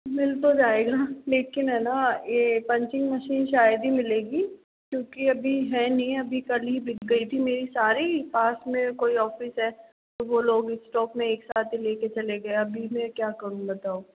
मिल तो जाएगा लेकिन है न ये पंचिंग मशीन शायद ही मिलेगी क्योंकि अभी है नहीं अभी कल ही बिक गई थी मेरी सारी पास में कोई ऑफिस है तो वो लोग स्टॉक में एक साथ ही लेके चले गए अभी मैं क्या करूं बताओ